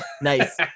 Nice